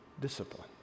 discipline